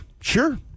Sure